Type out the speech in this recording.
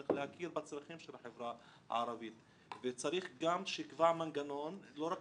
צריך להכיר בצרכים של החברה הערבית וצריך גם שיקבע מנגנון לא רק